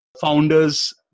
founders